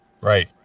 Right